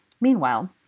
Meanwhile